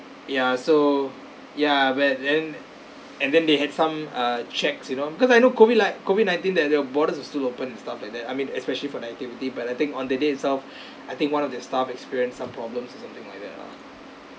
ya so ya but then and then they had some uh checks you know because I know COVID like COVID nineteen that the borders are still open and stuff like that I mean especially for the activity but I think on the day itself I think one of their staff experience some problems or something like that lah